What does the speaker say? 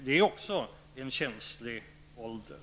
Det är också en känslig ålder.